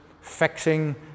fixing